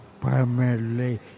primarily